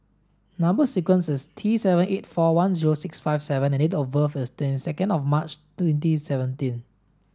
number sequence is T seven eight four one zero six five V and date of birth is ten second of March twenty seventeen